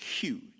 huge